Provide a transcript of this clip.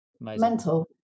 mental